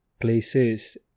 places